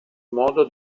modo